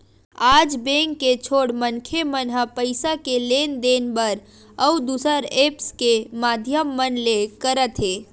आज बेंक के छोड़ मनखे मन ह पइसा के लेन देन बर अउ दुसर ऐप्स के माधियम मन ले करत हे